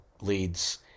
leads